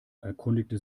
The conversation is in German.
erkundigte